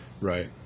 Right